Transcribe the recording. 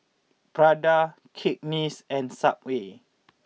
Prada Cakenis and Subway